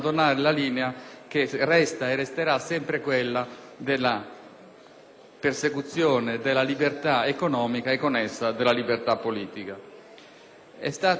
Grazie,